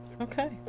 Okay